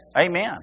Amen